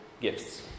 gifts